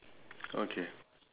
okay